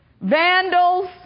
vandals